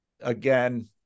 again